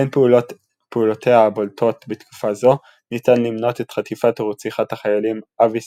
בין פעולותיה הבולטות בתקופה זו ניתן למנות את חטיפת ורציחת החיילים אבי